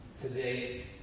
today